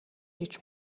гэж